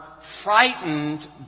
frightened